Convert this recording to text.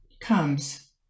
comes